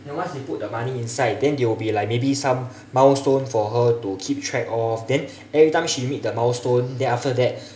then once you put the money inside then they will like maybe some milestone for her to keep track of then every time she meet the milestone then after that